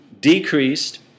decreased